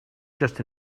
just